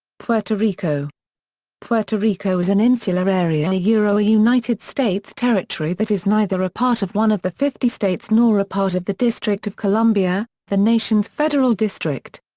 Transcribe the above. puerto rico puerto rico is an insular area and yeah a united states territory that is neither a part of one of the fifty states nor a part of the district of columbia, the nation's federal district.